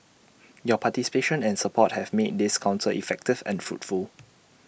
your participation and support have made this Council effective and fruitful